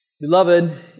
Beloved